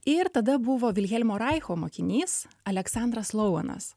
ir tada buvo vilhelmo raicho mokinys aleksandras louvenas